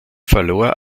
verlor